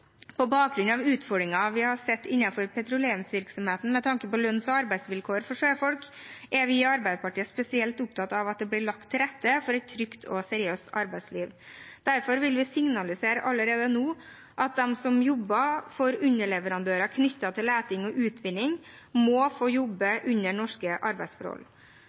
På bakgrunn av utfordringer vi har sett innenfor petroleumsvirksomheten med tanke på lønns- og arbeidsvilkår for sjøfolk, er vi i Arbeiderpartiet spesielt opptatt av at det blir lagt til rette for et trygt og seriøst arbeidsliv. Derfor vil vi signalisere allerede nå at de som jobber for underleverandører knyttet til leting og utvinning, må få jobbe under norske arbeidsforhold.